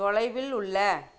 தொலைவில் உள்ள